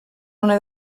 una